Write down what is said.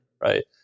right